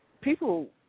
people